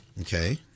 Okay